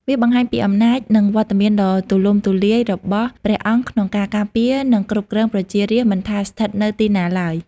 វាបង្ហាញពីអំណាចនិងវត្តមានដ៏ទូលំទូលាយរបស់ព្រះអង្គក្នុងការការពារ និងគ្រប់គ្រងប្រជារាស្ត្រមិនថាស្ថិតនៅទីណាឡើយ។